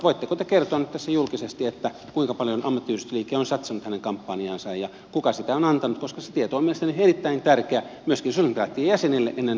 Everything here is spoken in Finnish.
voitteko te kertoa nyt tässä julkisesti kuinka paljon ammattiyhdistysliike on satsannut hänen kampanjaansa ja kuka tukea on antanut koska se tieto on mielestäni erittäin tärkeä myöskin sosialidemokraattien jäsenille ennen suoritettua valintaa